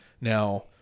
Now